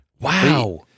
Wow